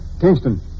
Kingston